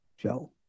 Joe